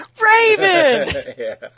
Raven